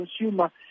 consumer